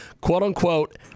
quote-unquote